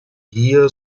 hier